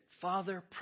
Father